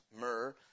myrrh